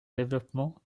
développement